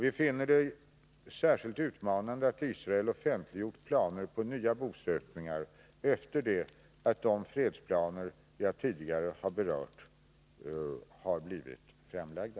Vi finner det särskilt utmanande att Israel offentliggjort planer på nya bosättningar efter det att de fredsplaner som jag tidigare berörde har blivit framlagda.